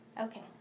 Okay